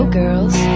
girls